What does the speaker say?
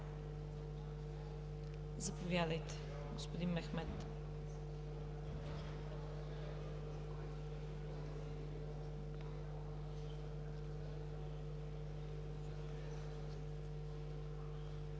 Заповядайте, господин Мехмед.